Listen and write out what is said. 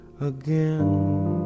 again